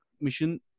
mission